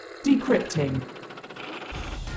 decrypting